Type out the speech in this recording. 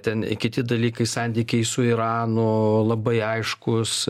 ten kiti dalykai santykiai su iranu labai aiškus